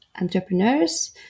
entrepreneurs